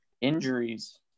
injuries